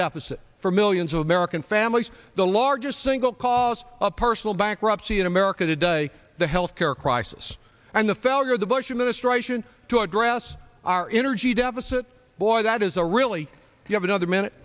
deficit for millions of american families the largest single cause of personal bankruptcy in america today the health care crisis and the failure of the bush administration to address our energy deficit boy that is a really you have another minute